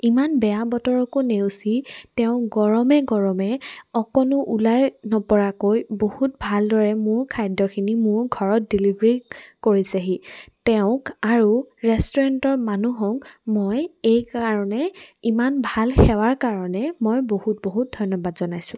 ইমান বেয়া বতৰকো নেওচি তেওঁ গৰমে গৰমে অকণো ওলাই নপৰাকৈ বহুত ভালদৰে মোৰ খাদ্যখিনি মোৰ ঘৰত ডেলিভাৰী কৰিছেহি তেওঁক আৰু ৰেষ্টুৰেণ্টৰ মানুহক মই এই কাৰণে ইমান ভাল সেৱাৰ কাৰণে মই বহুত বহুত ধন্যবাদ জনাইছোঁ